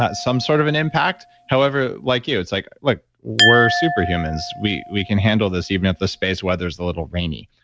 some sort of an impact. however, like you, it's like like we're superhumans. we we can handle this even at the space where there's a little rainy,